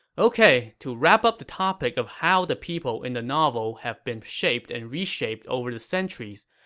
ok, to wrap up the topic of how the people in the novel have been shaped and reshaped over the centuries,